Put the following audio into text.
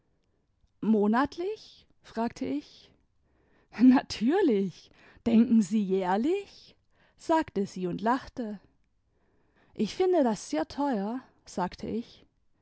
monatlich fragte ich natürlich denken sie jährlich sagte sie und lachte jch finde das sehr teuer sagte ich